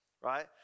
right